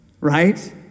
right